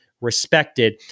Respected